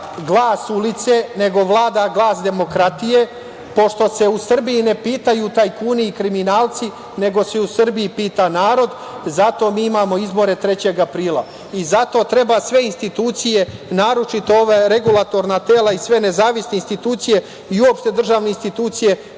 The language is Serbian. glas ulice, nego vlada glas demokratije, pošto se u Srbiji ne pitaju tajkuni i kriminalci, nego se u Srbiji pita narod, zato mi imamo izbore 3. aprila i zato treba sve institucije, naročito ova regulatorna tela i sve nezavisne institucije i uopšte državne institucije,